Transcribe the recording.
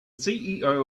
ceo